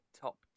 top